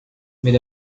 mais